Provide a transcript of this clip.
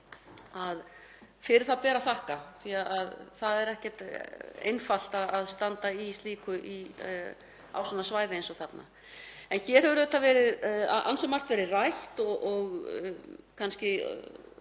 af. Fyrir það ber að þakka því að það er ekkert einfalt að standa í slíku á svona svæði eins og þarna. Hér hefur ansi margt verið rætt og kannski